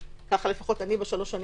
כך לפחות אני עברתי בשלוש השנים